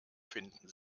finden